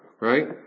Right